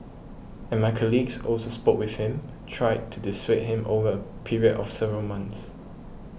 and my colleagues also spoke with him tried to dissuade him over a period of several months